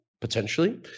potentially